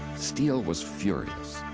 steele was furious.